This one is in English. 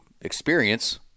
experience